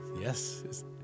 Yes